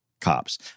cops